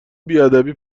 بیادبی